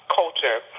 culture